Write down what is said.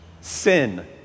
sin